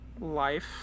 life